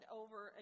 over